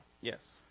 Yes